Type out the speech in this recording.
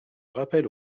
rappel